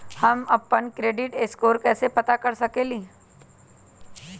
हम अपन credit score कैसे पता कर सकेली?